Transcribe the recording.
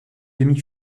demi